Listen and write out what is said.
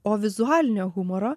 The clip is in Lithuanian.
o vizualinio humoro